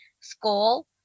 school